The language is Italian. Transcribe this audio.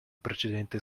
precedente